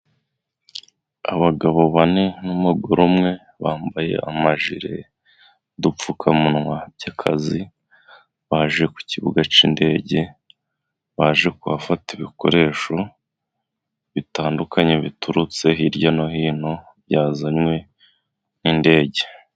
Abagabo bane n'umugore umwe bambaye amajire n'udupfukamunwa bya'akazi, baje ku kibuga cy'indege, baje kuhafata ibikoresho bitandukanye biturutse hirya no hino byazanywe n'indege.